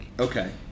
Okay